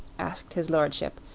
asked his lordship.